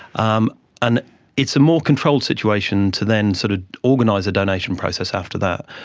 um and it's a more controlled situation to then sort of organise a donation process after that.